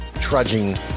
trudging